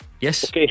Yes